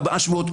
ארבעה שבועות,